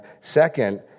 second